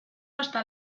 hasta